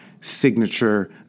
signature